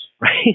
right